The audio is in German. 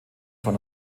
von